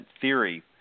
theory